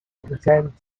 pretend